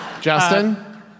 Justin